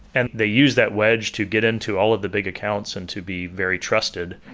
and they use that wedge to get into all of the big accounts and to be very trusted.